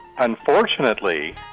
Unfortunately